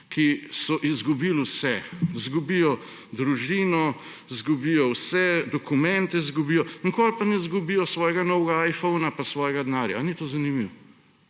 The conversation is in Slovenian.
ki so izgubili vse, zgubijo družino, zgubijo vse dokumente; nikoli pa ne zgubijo svojega novega iPhona pa svojega denarja. Ali ni to zanimivo?!